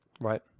right